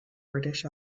british